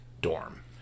dorm